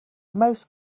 most